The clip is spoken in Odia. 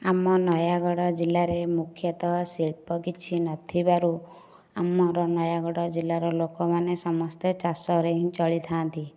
ଆମ ନୟାଗଡ଼ ଜିଲ୍ଲାରେ ମୁଖ୍ୟତଃ ଶିଳ୍ପ କିଛି ନ ଥିବାରୁ ଆମର ନୟାଗଡ଼ ଜିଲ୍ଲାର ଲୋକମାନେ ସମସ୍ତେ ଚାଷରେ ହିଁ ଚଳିଥାନ୍ତି